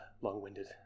long-winded